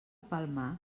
palmar